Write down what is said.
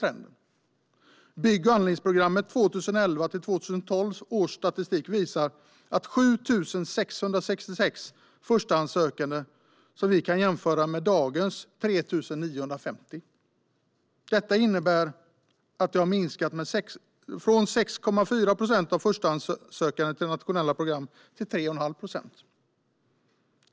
Statistiken för bygg och anläggningsprogrammet 2011-2012 visar på 7 666 förstahandssökande, vilket vi kan jämföra med dagens 3 950. Detta innebär att det har minskat från 6,4 procent av de förstahandssökande till nationella program till 3,5 procent.